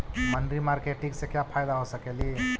मनरी मारकेटिग से क्या फायदा हो सकेली?